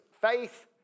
faith